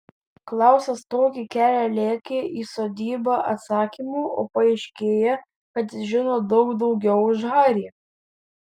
klausas tokį kelią lėkė į sodybą atsakymų o paaiškėja kad jis žino daug daugiau už harį